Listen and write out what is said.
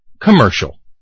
commercial